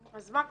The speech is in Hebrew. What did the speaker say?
אז מה קורה?